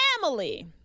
family